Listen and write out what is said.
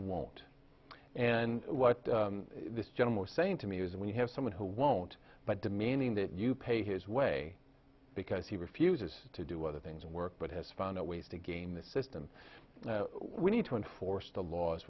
won't and what this gentleman was saying to me is when you have someone who won't but demanding that you pay his way because he refuses to do other things work but has found ways to game the system we need to enforce the laws